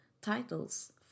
titles